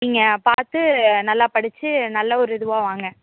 நீங்கள் பார்த்து நல்லா படித்து நல்ல ஒரு இதுவாக வாங்க